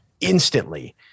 instantly